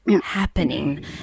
happening